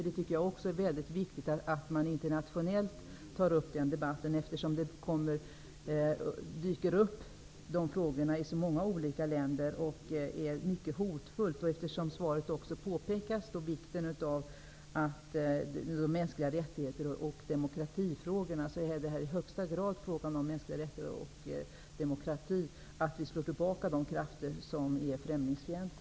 Det är mycket viktigt att man tar upp den debatten internationellt, eftersom dessa frågor, som är hotfulla, dyker upp i så många olika länder. I svaret påpekas vikten av frågorna om mänskliga rättigheter och demokrati. Att vi slår tillbaka de främlingsfientliga krafterna gäller i högsta grad mänskliga rättigheter och demokrati.